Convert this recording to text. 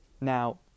Now